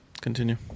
continue